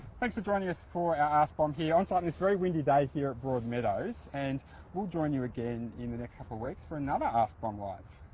thanks for joining us for our askbom here on-site, this very windy day here at broadmeadows and we'll join you again in the next couple weeks for another askbom live.